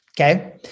Okay